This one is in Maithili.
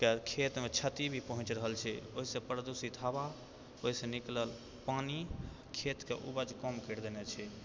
के खेतमे क्षति भी पहुँच रहल छै ओहिसँ प्रदूषित हवा ओहिसँ निकलल पानि खेतके उपज कम करि देने छै